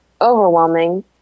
overwhelming